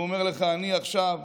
הוא אומר לך: אני הדלקתי עכשיו